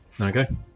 Okay